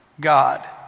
God